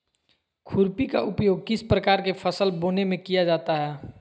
खुरपी का उपयोग किस प्रकार के फसल बोने में किया जाता है?